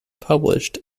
published